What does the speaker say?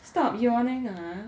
stop yawning ah